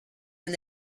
and